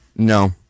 No